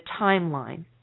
timeline